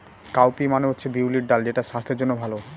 cowpea মানে হচ্ছে বিউলির ডাল যেটা স্বাস্থ্যের জন্য ভালো